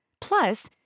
Plus